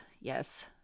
Yes